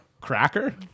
cracker